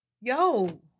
Yo